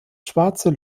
schwarzer